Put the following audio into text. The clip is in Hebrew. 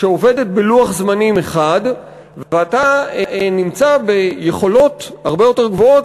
שעובדת בלוח זמנים אחד ויש לך יכולות הרבה יותר גבוהות